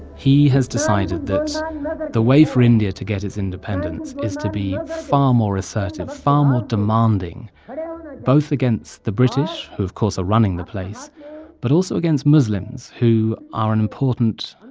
he has decided that the way for india to get its independence is to be far more assertive, far more demanding both against the british, who, of course, are running the place but also against muslims, who are an important,